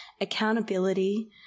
accountability